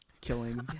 killing